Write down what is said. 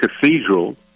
cathedral